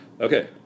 Okay